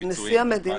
לגבי נשיא המדינה,